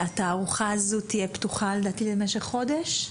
התערוכה הזו תהיה פתוחה למשך חודש,